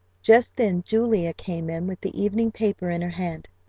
just then julia came in with the evening paper in her hand.